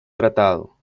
tratado